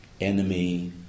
enemy